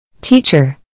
Teacher